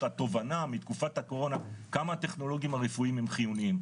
התובנה מתקופת הקורונה כמה הטכנולוגיים הרפואיים הם חיוניים,